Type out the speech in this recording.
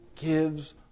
gives